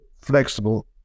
flexible